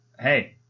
hey